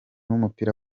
w’umupira